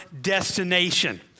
destination